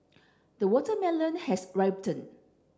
the watermelon has